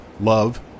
Love